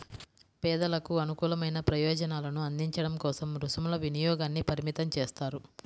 పేదలకు అనుకూలమైన ప్రయోజనాలను అందించడం కోసం రుసుముల వినియోగాన్ని పరిమితం చేస్తారు